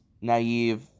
naive